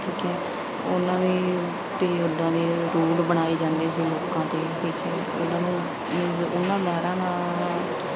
ਠੀਕ ਹੈ ਉਹਨਾਂ ਦੀ ਅਤੇ ਉੱਦਾਂ ਦੇ ਰੂਲ ਬਣਾਏ ਜਾਂਦੇ ਸੀ ਲੋਕਾਂ 'ਤੇ ਠੀਕ ਹੈ ਉਹਨਾਂ ਨੂੰ ਮੀਨਜ਼ ਉਹਨਾਂ ਲਹਿਰਾਂ ਨਾਲ